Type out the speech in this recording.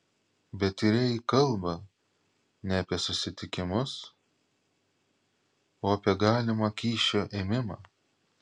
bet tyrėjai kalba ne apie susitikimus o apie galimą kyšio ėmimą